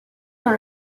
dans